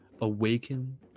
Awaken